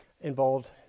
involved